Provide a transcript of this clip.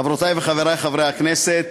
חברותי וחברי חברי הכנסת,